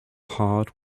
hard